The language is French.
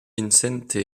vicente